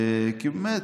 כי באמת,